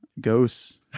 ghosts